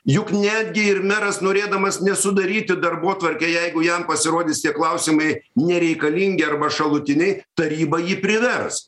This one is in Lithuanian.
juk netgi ir meras norėdamas nesudaryti darbotvarkę jeigu jam pasirodys tie klausimai nereikalingi arba šalutiniai taryba jį privers